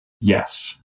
yes